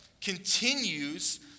continues